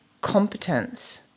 competence